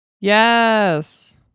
yes